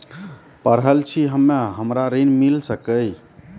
पढल छी हम्मे हमरा ऋण मिल सकई?